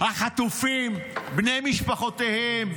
החטופים, בני משפחותיהם.